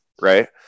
Right